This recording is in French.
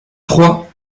trois